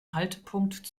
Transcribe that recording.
haltepunkt